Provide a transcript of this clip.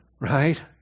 Right